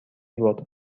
برد